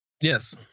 Yes